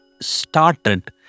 started